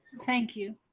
thank you.